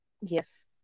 Yes